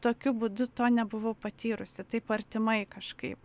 tokiu būdu to nebuvau patyrusi taip artimai kažkaip